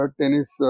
tennis